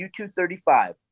U235